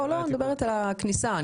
אני מדברת על הכניסה.